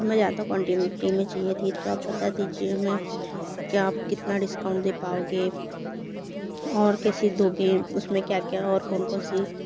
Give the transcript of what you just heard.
हमें ज़्यादा क्वांटिटी में चाहिए थी तो आप बता दीजिए हमें के आप कितना डिस्काउंट दे पाओगे और कैसे दोगे उसमें क्या क्या और कौन कौन सी